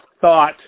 thought